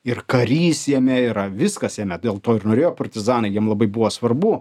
ir karys jame yra viskas jame dėl to ir norėjo partizanai jiem labai buvo svarbu